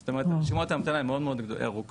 זאת אומרת רשימות ההמתנה מאוד ארוכות,